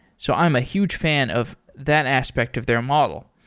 so i'm a huge fan of that aspect of their model.